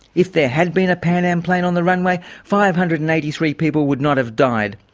if there had been a pan am plane on the runway, five hundred and eighty three people would not have died.